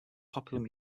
popular